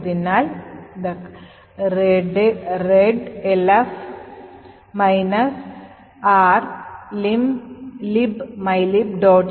അതിനാൽ command readelf r libmylib